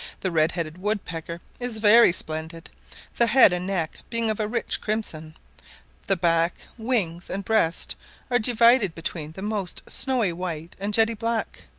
the red-headed woodpecker is very splendid the head and neck being of a rich crimson the back, wings, and breast are divided between the most snowy white and jetty black.